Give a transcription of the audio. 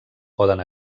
poden